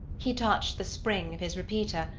he touched the spring of his repeater,